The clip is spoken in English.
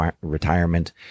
retirement